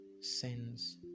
sends